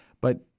But-